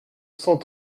cent